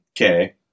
Okay